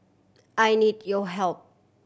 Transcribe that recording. I need your help